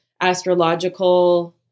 astrological